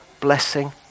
blessing